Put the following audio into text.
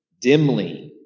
dimly